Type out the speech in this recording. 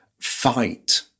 fight